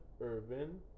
Urban